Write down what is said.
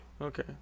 Okay